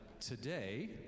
today